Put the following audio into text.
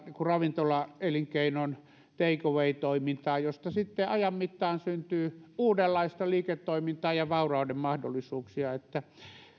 ravintolaelinkeinon take away toimintaa josta sitten ajan mittaan syntyy uudenlaista liiketoimintaa ja vaurauden mahdollisuuksia niin että